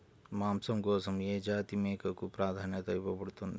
మాంసం కోసం ఏ జాతి మేకకు ప్రాధాన్యత ఇవ్వబడుతుంది?